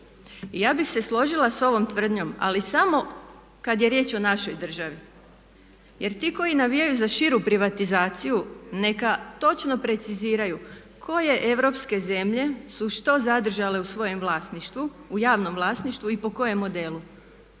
ja bih se složila sa ovom tvrdnjom, ali samo kad je riječ o našoj državi. Jer ti koji navijaju za širu privatizaciju neka točno preciziraju koje europske zemlje su što zadržale u svojem vlasništvu, u javnom vlasništvu i po kojem modelu.